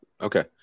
okay